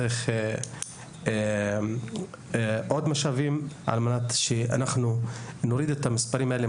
צריך עוד משאבים על מנת שאנחנו נוריד את המספרים האלה,